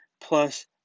plus